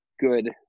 good